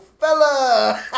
fella